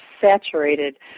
saturated